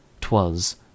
twas